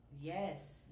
Yes